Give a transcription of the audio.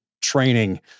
training